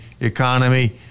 economy